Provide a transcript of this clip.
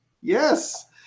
Yes